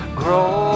grow